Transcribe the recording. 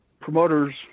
Promoters